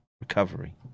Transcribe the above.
recovery